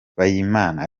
mpayimana